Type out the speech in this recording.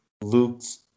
Luke's